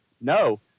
No